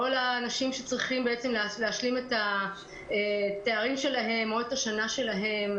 לכל האנשים שצריכים להשלים את התארים שלהם או את השנה שלהם,